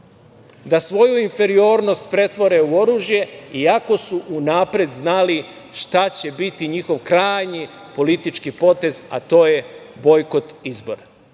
da svoju inferiornost pretvore u oružje, iako su unapred znali šta će biti njihov krajnji politički potez, a to je bojkot izbora.